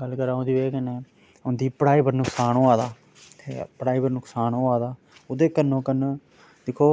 गल्ल करांऽ ओह्दी बजह् कन्नै उंदी पढ़ाई दा नुकसान होआ दा ते पढ़ाई दा नुकसान होआ दा ओह्दे कन्नो कन्न दिक्खो